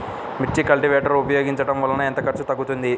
మిర్చి కల్టీవేటర్ ఉపయోగించటం వలన ఎంత ఖర్చు తగ్గుతుంది?